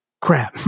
crap